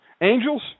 angels